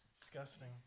disgusting